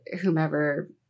whomever